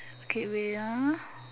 okay wait ah